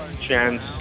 chance